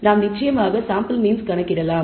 நாம் நிச்சயமாக sample means கணக்கிடலாம்